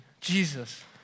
Jesus